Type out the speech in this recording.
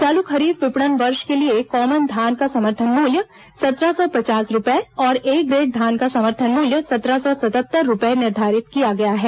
चालू खरीफ विपणन वर्ष के लिए कॉमन धान का समर्थन मूल्य सत्रह सौ पचास रूपए और ए ग्रेड धान का समर्थन मूल्य सत्रह सौ सत्तर रूपए निर्धारित किया गया है